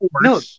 No